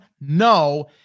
No